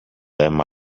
them